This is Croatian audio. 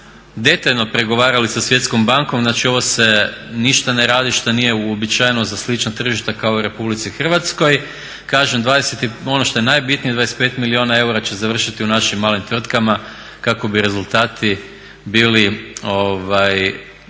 detaljno pregovarali sa Svjetskom bankom. Znači ovo se ništa ne radi što nije uobičajeno za slična tržišta kao i u RH. Kažem ono što je najbitnije 25 milijuna eura će završiti u našim malim tvrtkama kako bi rezultati bili